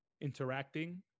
interacting